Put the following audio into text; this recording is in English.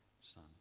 Son